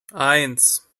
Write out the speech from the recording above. eins